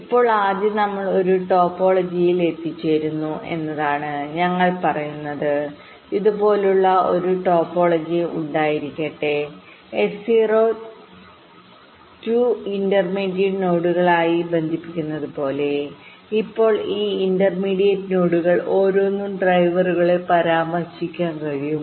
ഇപ്പോൾ ആദ്യം നമ്മൾ ഒരു ടോപ്പോളജിയിൽ എത്തിച്ചേരുന്നു എന്നതാണ് ഞങ്ങൾ പറയുന്നത് ഇതുപോലുള്ള ഒരു ടോപ്പോളജി ഉണ്ടായിരിക്കട്ടെ S0 2 ഇന്റർമീഡിയറ്റ് നോഡുകളുമായിബന്ധിപ്പിക്കുന്നത് പോലെ ഇപ്പോൾ ഈ ഇന്റർമീഡിയറ്റ് നോഡുകൾ ഓരോന്നും ഡ്രൈവറുകളെ പരാമർശിക്കാൻ കഴിയും